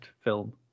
film